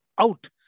out